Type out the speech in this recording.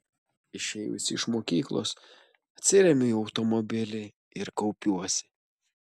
išėjusi iš mokyklos atsiremiu į automobilį ir kaupiuosi